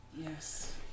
Yes